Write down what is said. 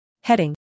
Heading